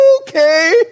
okay